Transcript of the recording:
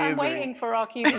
um waiting for our